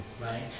right